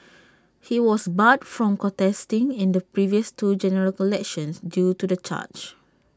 he was barred from contesting in the previous two general elections due to the charge